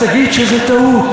אז תגיד שזו טעות.